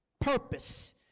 purpose